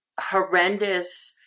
horrendous